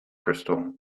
crystal